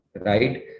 right